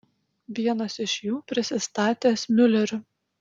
vienas iš jų prisistatęs miuleriu